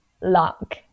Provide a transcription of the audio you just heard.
luck